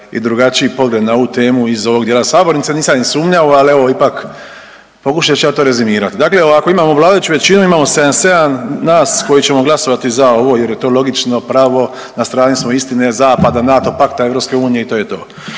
i drugačiji pogled na ovu temu iz ovog dijela sabornice, nisam ni sumnjao, ali evo ipak pokušat ću ja to rezimirat. Dakle, imamo vladajuću većinu, imamo 77 nas koji smo glasovati za ovo jer je to logično, pravo, na strani smo istine, zapada, NATO pakta, EU i to je to.